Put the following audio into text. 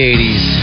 80s